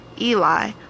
Eli